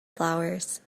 flowers